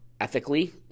Ethically